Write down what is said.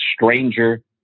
stranger